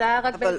זה היה רק ביחס